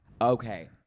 Okay